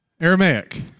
Aramaic